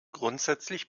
grundsätzlich